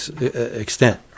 extent